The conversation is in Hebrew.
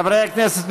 חברי הכנסת,